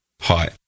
Hi